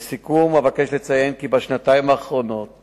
לסיכום, אבקש לציין כי בשנתיים האחרונות